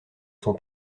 son